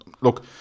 look